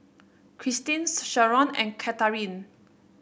Kristin Sherron and Catharine